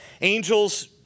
angels